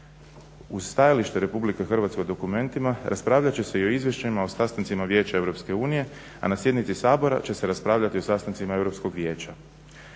Uz stajalište Republike Hrvatske u dokumentima raspravljat će se i o izvješćima o sastancima Vijeća EU, a na sjednici Sabora će se raspravljati o sastancima EU.